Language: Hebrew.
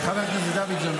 חבר הכנסת דוידסון,